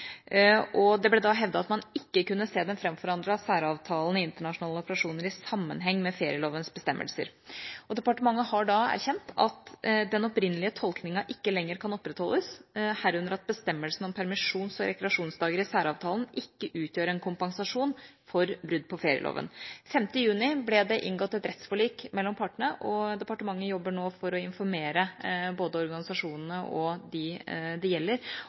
Det ble da hevdet at man ikke kunne se den framforhandlede særavtalen i internasjonale operasjoner i sammenheng med ferielovens bestemmelser. Departementet har da erkjent at den opprinnelige tolkningen ikke lenger kan opprettholdes, herunder at bestemmelsene om permisjons- og rekreasjonsdager i særavtalen ikke utgjør en kompensasjon for brudd på ferieloven. Den 5. juni ble det inngått et rettsforlik mellom partene, og departementet jobber nå for å informere både organisasjonene og dem det gjelder,